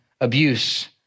abuse